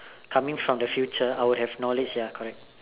coming from the future I'll have knowledge ya correct